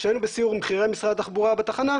כשהיינו בסיור עם בכירי משרד התחבורה בתחנה,